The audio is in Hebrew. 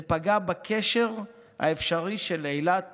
זה פגע בקשר האפשרי של אילת